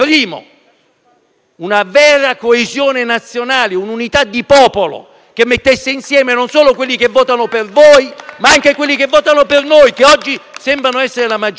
una vera coesione nazionale, un'unità di popolo che mettesse insieme non solo quelli che votano per voi, ma anche quelli che votano per noi, che oggi sembrano essere la maggioranza.